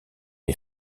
les